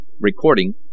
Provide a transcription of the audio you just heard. Recording